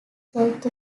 south